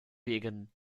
vegan